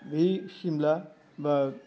बै सिमला बा